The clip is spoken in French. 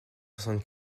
soixante